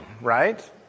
right